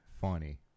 funny